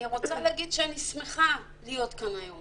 אני רוצה להגיד שאני שמחה להיות כאן היום